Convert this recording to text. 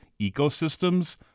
ecosystems